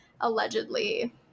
allegedly